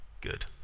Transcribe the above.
Good